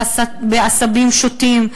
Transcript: עשבים שוטים,